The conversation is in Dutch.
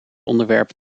onderwerp